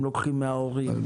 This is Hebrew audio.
הם לוקחים מההרים,